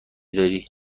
داری